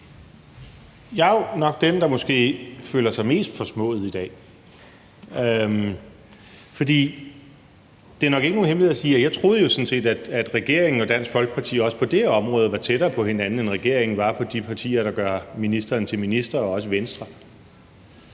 Jeg er jo nok den, der måske føler sig mest forsmået i dag. For det er nok ikke nogen hemmelighed, at jeg jo sådan set troede, at regeringen og Dansk Folkeparti også på det her område var tættere på hinanden, end regeringen var på de partier, der gør ministeren til minister, og også Venstre.